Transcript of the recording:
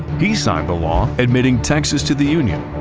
he signed the law admitting texas to the union,